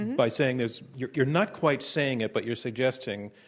by saying this you're you're not quite saying it, but you're suggesting,